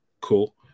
Cool